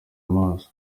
amaso